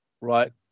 right